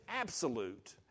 absolute